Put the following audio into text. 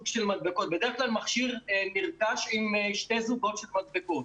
בדרך כלל מכשיר נרכש עם שני זוגות של מדבקות.